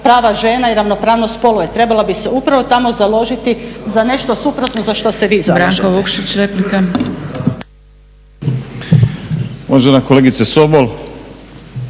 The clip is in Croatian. prava žena i ravnopravnost spolova. I trebala bi se upravo tamo založiti za nešto suprotno za što se vi zalažete.